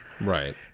Right